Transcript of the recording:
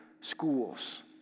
schools